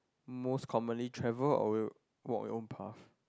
most commonly travel on your for your own path